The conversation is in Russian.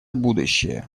будущее